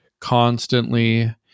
constantly